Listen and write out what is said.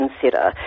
consider